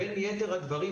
בין יתר הדברים,